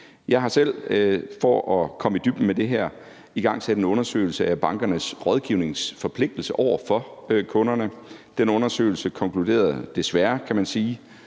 Jeg har selv for at komme i dybden med det her igangsat en undersøgelse af bankernes rådgivningsforpligtelse over for kunderne. Den undersøgelse konkluderede desværre, kan man sige,